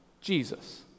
Jesus